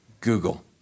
Google